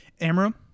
Amram